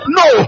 no